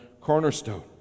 Cornerstone